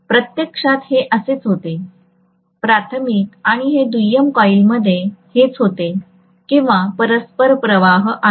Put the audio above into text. प्रत्यक्षात हे असेच होते प्राथमिक आणि हे दुय्यम कॉईलमध्ये हेच होते किंवा परस्पर प्रवाह आहे